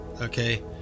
Okay